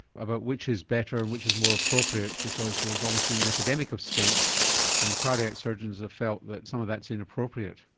about which is better, and which is more appropriate because there's almost been an epidemic of stents and the cardiac surgeons have felt that some of that is inappropriate.